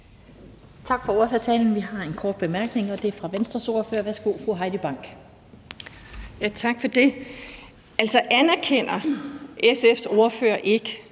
Tak for ordførertalen. Der er en kort bemærkning, og det er fra Venstres ordfører. Værsgo, fru Heidi Bank. Kl. 16:31 Heidi Bank (V): Tak for det. Anerkender SF's ordfører ikke,